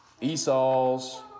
Esau's